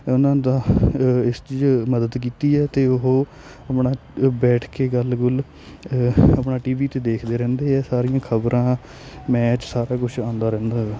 ਉਨ੍ਹਾਂ ਦਾ ਇਸ ਚੀਜ਼ ਮਦਦ ਕੀਤੀ ਹੈ ਅਤੇ ਉਹ ਆਪਣਾ ਬੈਠ ਕੇ ਗੱਲ ਗੁੱਲ ਆਪਣਾ ਟੀਵੀ 'ਤੇ ਦੇਖਦੇ ਰਹਿੰਦੇ ਹੈ ਸਾਰੀਆਂ ਖਬਰਾਂ ਮੈਚ ਸਾਰਾ ਕੁਛ ਆਉਂਦਾ ਰਹਿੰਦਾ ਹੈ